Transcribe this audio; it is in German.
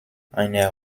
einer